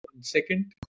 second